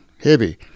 Heavy